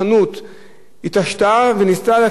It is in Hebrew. וניסתה לשפר את המצב ולהגיע למבצעים,